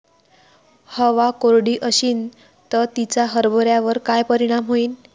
हवा कोरडी अशीन त तिचा हरभऱ्यावर काय परिणाम होईन?